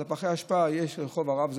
על פחי האשפה יהיה: רחוב הרב,